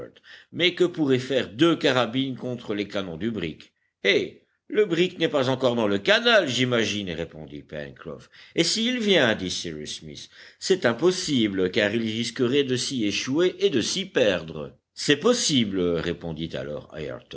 mais que pourraient faire deux carabines contre les canons du brick eh le brick n'est pas encore dans le canal j'imagine répondit pencroff et s'il y vient dit cyrus smith c'est impossible car il risquerait de s'y échouer et de s'y perdre c'est possible répondit alors